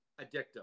addictive